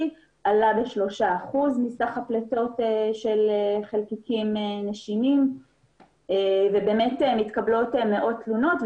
עלה ב-3% מסך הפליטות של חלקיקים נשימים ומתקבלות מאות תלונות,